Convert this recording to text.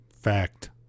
Fact